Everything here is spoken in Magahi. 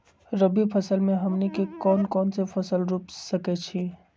रबी फसल में हमनी के कौन कौन से फसल रूप सकैछि?